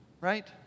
right